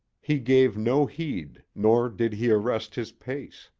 he gave no heed, nor did he arrest his pace.